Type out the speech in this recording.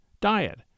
diet